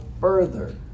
further